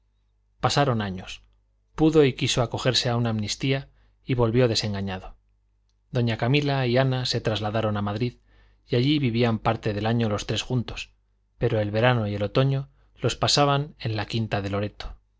pasaron años pudo y quiso acogerse a una amnistía y volvió desengañado doña camila y ana se trasladaron a madrid y allí vivían parte del año los tres juntos pero el verano y el otoño los pasaban en la quinta de loreto